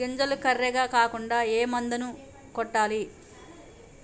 గింజలు కర్రెగ కాకుండా ఏ మందును కొట్టాలి?